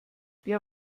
wer